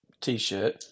T-shirt